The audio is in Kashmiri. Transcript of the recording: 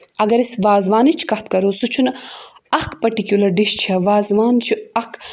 اگر أسۍ وازوانٕچ کَتھ کَرو سُہ چھُنہٕ اَکھ پٔٹِکیوٗلَر ڈِش چھےٚ وازوان چھُ اَکھ